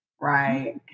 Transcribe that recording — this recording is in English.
Right